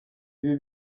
ibi